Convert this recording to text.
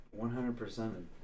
100%